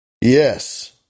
Yes